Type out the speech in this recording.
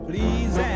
Please